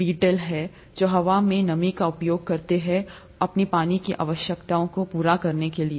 beetle हैं जो हवा में नमी का उपयोग करते हैं अपने पानी की आवश्यकताएं के लिए